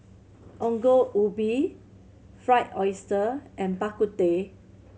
Ongol Ubi Fried Oyster and Bak Kut Teh